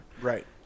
Right